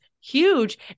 huge